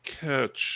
catch